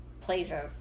places